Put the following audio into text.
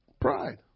Pride